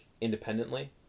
independently